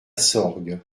sorgue